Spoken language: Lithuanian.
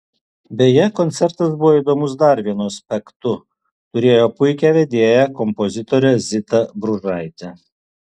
beje koncertas buvo įdomus dar vienu aspektu turėjo puikią vedėją kompozitorę zitą bružaitę